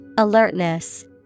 Alertness